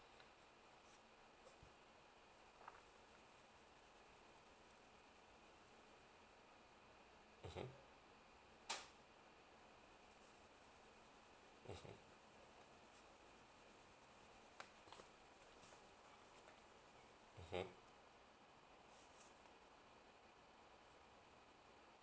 mmhmm mmhmm